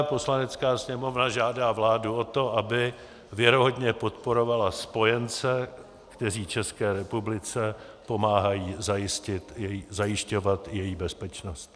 Poslanecká sněmovna žádá vládu o to, aby věrohodně podporovala spojence, kteří České republice pomáhají zajišťovat její bezpečnost.